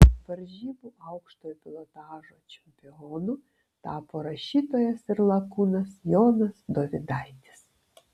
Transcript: varžybų aukštojo pilotažo čempionu tapo rašytojas ir lakūnas jonas dovydaitis